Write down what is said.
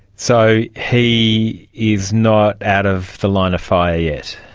so he is not out of the line of fire yet.